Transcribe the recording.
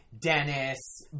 Dennis